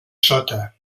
sota